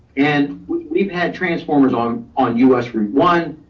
and we've we've had transformers on on us route one,